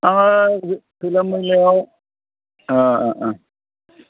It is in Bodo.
आङो खैला मैलायाव अ अ